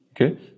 Okay